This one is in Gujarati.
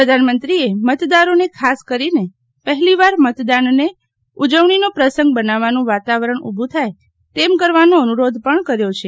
પ્રધાનમંત્રીએ મતદાનને ખાસ કરીને પહેલીવાર મતદાનને ઉજવણીનો પ્રસંગ બનાવવાનો વાતાવરણ ઊભું થાય તેમ કરવાનો અનુરોધ પણ કર્યો છે